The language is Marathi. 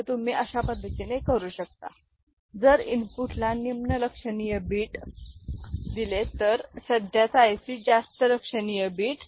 ते तुम्ही अशा पदधतीने करू शकता - जर इनपुटला निम्न लक्षणीय बीट तर सध्याचा IC जास्त लक्षणीय बीट